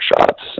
shots